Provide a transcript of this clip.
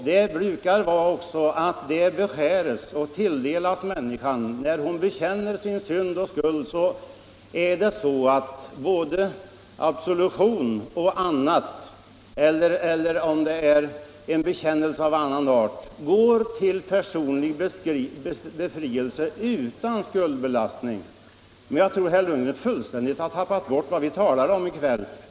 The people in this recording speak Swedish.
Där beskärs människan absolution när hon bekänner sin synd och skuld, och om det är en bekännelse av annan art såsom bikt går hon till personlig befrielse utan skuldbelastning. Men jag tror att herr Lundgren fullständigt har tappat bort vad vi talar em i kväll.